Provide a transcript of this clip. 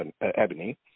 ebony